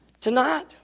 Tonight